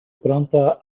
pronto